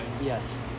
Yes